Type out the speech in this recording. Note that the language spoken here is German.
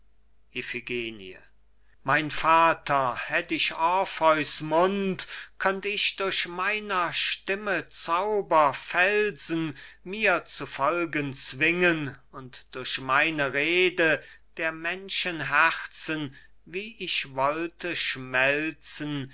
mein vater hätt ich orpheus mund könnt ich durch meiner stimme zauber felsen mir zu folgen zwingen und durch meine rede der menschen herzen wie ich wollte schmelzen